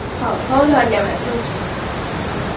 ହେଉ ହେଉ ଧନ୍ୟବାଦ ରହୁଛି ହେଉ